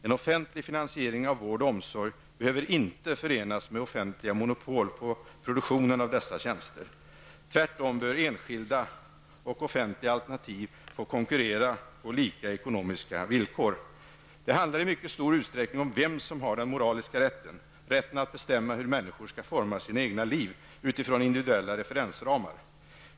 En offentlig finansiering av vård och omsorg behöver inte förenas med offentliga monopol på produktionen av dessa tjänster. Tvärtom bör enskilda och offentliga alternativ få konkurrera på lika ekonomiska villkor. Det handlar i mycket stor utsträckning om vem som har den moraliska rätten -- rätten att bestämma hur människor skall forma sina egna liv utifrån individuella referensramar.